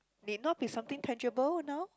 need not be something tangible now